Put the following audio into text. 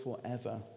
forever